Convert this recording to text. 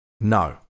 No